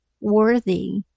worthy